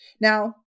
Now